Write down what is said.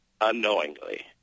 unknowingly